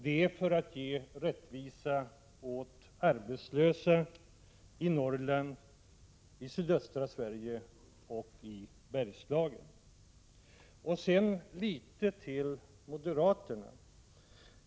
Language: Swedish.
Det är för att ge rättvisa åt arbetslösa i Norrland, sydöstra Sverige och Bergslagen. Till moderaterna vill jag säga följande.